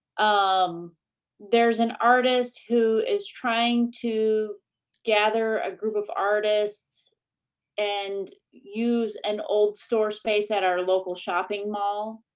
um there's an artist who is trying to gather a group of artists and use an old store space at our local shopping mall.